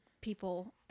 people